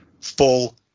full